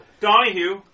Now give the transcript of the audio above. Donahue